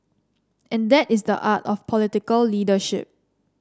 and that is the art of political leadership